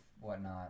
whatnot